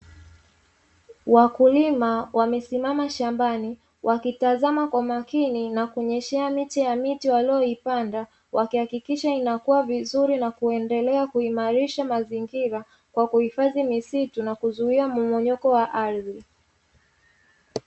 Wakulima wamesimama shambani wakitazama kwa makini na kunyeshea miche ya miti walioipanda wakihakikisha inakuwa vizuri na kuendelea kuimarisha mazingira kwa kuhifadhi misitu na kuzuia mmomonyoko wa ardhi.